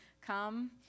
come